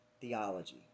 theology